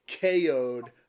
KO'd